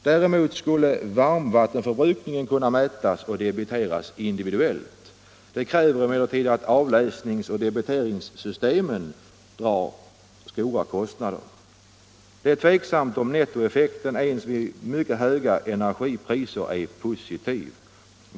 Däremot skulle varmvattenförbrukningen kunna mätas och debiteras individuellt. Det kräver emellertid ett av läsningsoch debiteringssystem som drar stora kostnader. Det är tveksamt om nettoeffekten ens vid höga energipriser är positiv.